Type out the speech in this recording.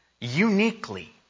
uniquely